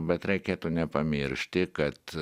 bet reikėtų nepamiršti kad